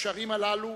הקשרים הללו